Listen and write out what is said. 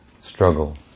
struggle